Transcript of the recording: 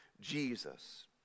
Jesus